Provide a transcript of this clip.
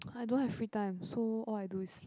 I don't have free time so all I do is sleep